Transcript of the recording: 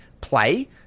play